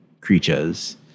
creatures